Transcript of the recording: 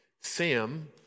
Sam